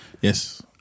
Yes